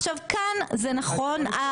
עכשיו כאן זה נכון.